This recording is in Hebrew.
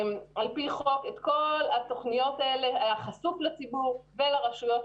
פרסמנו את כל התוכניות האלה והן היו חשופות לציבור וכמובן לרשויות.